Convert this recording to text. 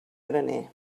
graner